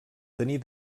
tenir